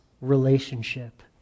relationship